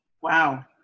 Wow